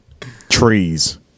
Trees